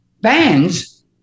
bands